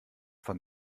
von